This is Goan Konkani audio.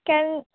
केल्ल